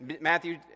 Matthew